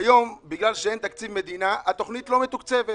כיום, בגלל שאין תקציב מדינה, התוכנית לא מתוקצבת.